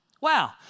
Wow